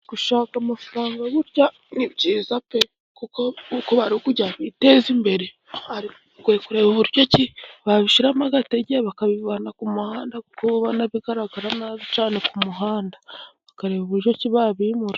Gushaka amafaranga burya ni byiza pe, kuko nkuku bari kujya biteza imbere bakwiye kureba uburyo babishyiramo agatege bakabivana ku muhanda, kuko bigaragara nabi ku muhanda bakareba uburyoki babimura.